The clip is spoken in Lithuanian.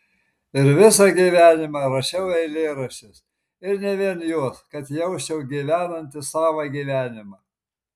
ir visą gyvenimą rašiau eilėraščius ir ne vien juos kad jausčiau gyvenantis savą gyvenimą